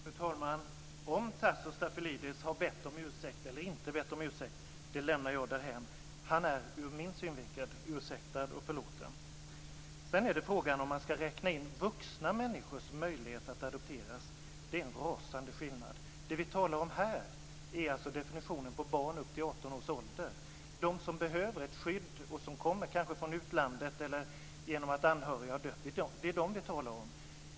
Fru talman! Om Tasso Stafilidis har bett om ursäkt eller inte lämnar jag därhän. Han är ur min synvinkel ursäktad och förlåten. Sedan är det frågan om man ska räkna in vuxna människors möjlighet att adopteras. Det är en rasande skillnad. Det vi talar om här är barn upp till 18 års ålder - de som behöver ett skydd och som kanske kommer från utlandet när anhöriga har dött. Det är dem vi talar om.